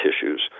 tissues